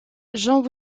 jean